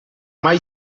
mai